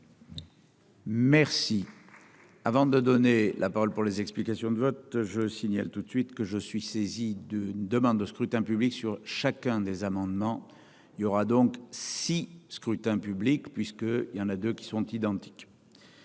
Merci. Avant de donner la parole pour les explications de vote, je signale tout de suite que je suis saisi d'une demande de scrutin public sur chacun des amendements, il y aura donc si scrutin public puisque, il y en a deux qui sont identiques.